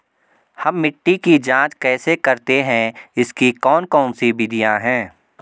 हम मिट्टी की जांच कैसे करते हैं इसकी कौन कौन सी विधियाँ है?